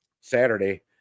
Saturday